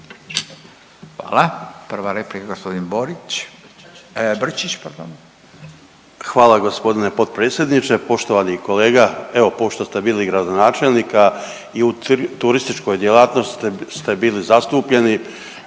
pardon. **Brčić, Luka (HDZ)** Hvala g. potpredsjedniče. Poštovani kolega, evo pošto ste bili gradonačelnika i u turističkoj djelatnosti ste bili zastupljeni,